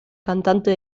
cantante